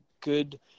good